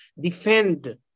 defend